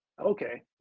Okay